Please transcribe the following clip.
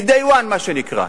מ-day one, מה שנקרא.